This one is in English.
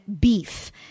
beef